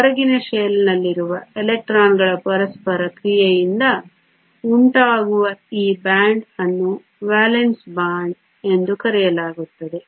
ಹೊರಗಿನ ಶೆಲ್ನಲ್ಲಿರುವ ಎಲೆಕ್ಟ್ರಾನ್ಗಳ ಪರಸ್ಪರ ಕ್ರಿಯೆಯಿಂದ ಉಂಟಾಗುವ ಈ ಬ್ಯಾಂಡ್ ಅನ್ನು ವೇಲೆನ್ಸ್ ಬ್ಯಾಂಡ್ ಎಂದು ಕರೆಯಲಾಗುತ್ತದೆ